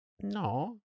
No